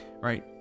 right